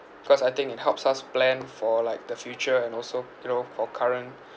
cause I think it helps us plan for like the future and also you know for current